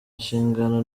nshingano